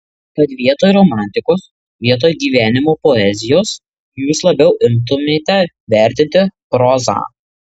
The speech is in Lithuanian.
kad vietoj romantikos vietoj gyvenimo poezijos jūs labiau imtumėte vertinti prozą